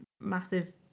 massive